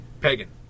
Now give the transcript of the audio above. Pagan